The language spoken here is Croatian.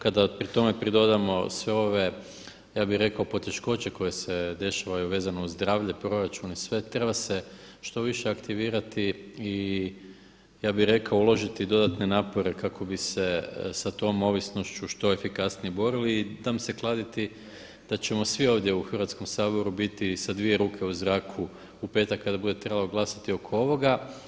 Kada pri tome pridodamo sve ove, ja bih rekao poteškoće koje se dešavaju vezano uz zdravlje, proračun i sve, treba se što više aktivirati i ja bih rekao uložiti i dodatne napore kako bi se sa tom ovisnošću što efikasnije borili i dam se kladiti da ćemo svi ovdje u Hrvatskom saboru biti sa dvije ruke u zraku u petak kada bude trebalo glasati oko ovoga.